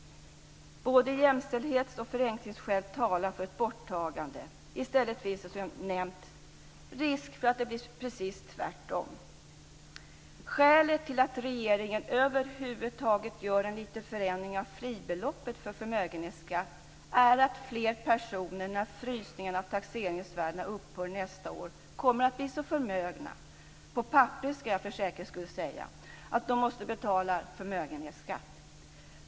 Både jämställdhets och förenklingsskäl talar för ett borttagande. I stället finns det, som jag nämnt, risk för att det blir precis tvärtom. Skälet till att regeringen över huvud taget gör en liten förändring av fribeloppet för förmögenhetsskatt är att fler personer när frysningen av taxeringsvärdena upphör nästa år kommer att bli så förmögna, på papperet ska jag för säkerhets skull säga, att de måste betala förmögenhetsskatt.